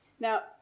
Now